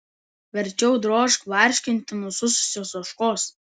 verčiau drožk barškinti nusususios ožkos